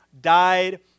died